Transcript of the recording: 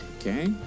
Okay